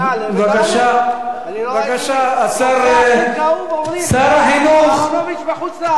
בנושא הכי כאוב אומרים: אהרונוביץ בחוץ-לארץ.